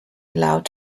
allowed